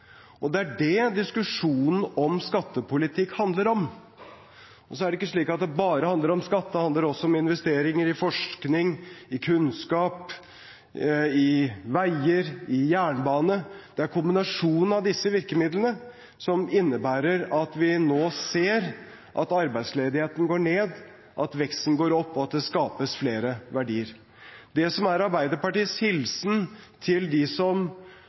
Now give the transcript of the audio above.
Det er dét diskusjonen om skattepolitikk handler om. Så er det ikke slik at det bare handler om skatt; det handler også om investeringer i forskning, i kunnskap, i veier, i jernbane. Det er kombinasjonen av disse virkemidlene som innebærer at vi nå ser at arbeidsledigheten går ned, at veksten går opp, og at det skapes flere verdier. Det som er Arbeiderpartiets hilsen til dem som